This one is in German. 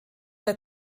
der